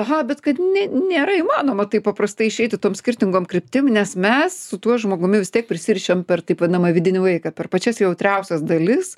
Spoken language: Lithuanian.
aha bet kad ne nėra įmanoma taip paprastai išeiti tom skirtingom kryptim nes mes su tuo žmogumi vis tiek prisirišam per taip vadinamą vidinį vaiką per pačias jautriausias dalis